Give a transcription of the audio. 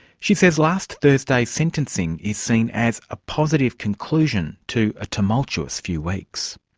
she says last thursday's sentencing is seen as a positive conclusion to a tumultuous few weeks.